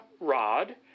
rod